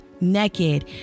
Naked